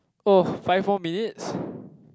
oh five more minutes